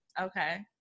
Okay